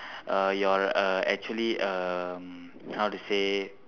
err you're a actually um how to say